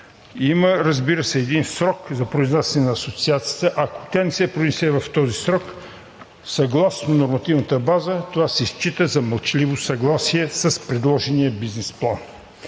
Има, разбира се, един срок за произнасяне на Асоциацията. Ако тя не се произнесе в този срок съгласно нормативната база това се счита за мълчаливо съгласие с предложения бизнес план.